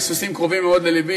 סוסים קרובים מאוד ללבי,